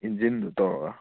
ꯏꯟꯖꯤꯟꯗꯨ ꯇꯧꯔꯒ